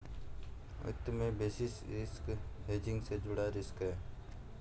वित्त में basis risk hedging से जुड़ा रिस्क है